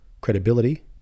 credibility